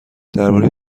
درباره